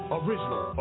original